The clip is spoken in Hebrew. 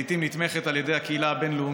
לעיתים כשהיא נתמכת על ידי הקהילה הבין-לאומית.